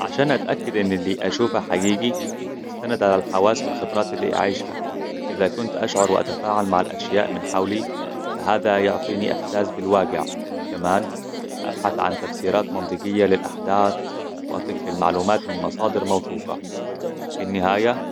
عشان اتأكد ان اللي اشوفه حقيقي استنده للحواس والخبرات اللي أعيشها. إذا كنت أشعر وأتفاعل مع الأشياء من حولي، فهذا يعطيني أحساس بالواقع. كمان أبحث عن تفسيرات منطقية للأحداث، وأثق في المعلومات من مصادر موثوقة. في النهاية،